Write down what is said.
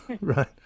right